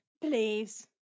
please